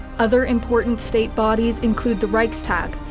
other important state bodies include the reichstag,